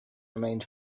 remained